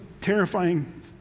terrifying